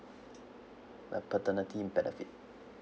the paternity benefit